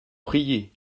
prier